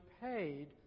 paid